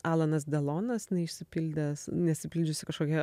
alenas delonas neišsipildęs neišsipildžiusi kažkokia